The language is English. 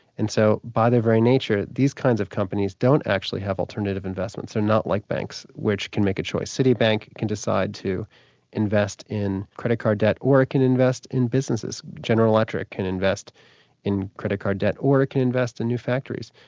and so by their very nature, these kinds of companies don't actually have alternative investments, they're not like banks which to make a choice, citibank can decide to invest in credit card debt, or it can invest in businesses, general electric can invest in credit card debt or it can invest in new factories.